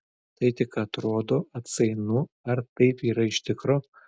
tai tik atrodo atsainu ar taip yra iš tikro